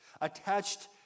attached